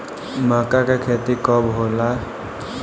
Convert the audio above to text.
माका के खेती कब होला?